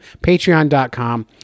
Patreon.com